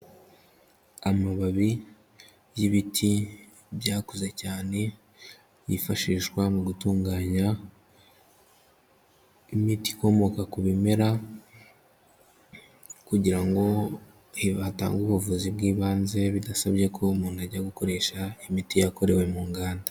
Amababi y'ibiti byakuze cyane, yifashishwa mu gutunganya imiti ikomoka ku bimera kugira ngo batange ubuvuzi bw'ibanze, bidasabye ko umuntu ajya gukoresha imiti yakorewe mu nganda.